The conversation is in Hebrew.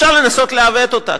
אפשר לנסות לעוות אותה.